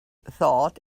thought